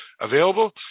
available